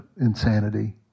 insanity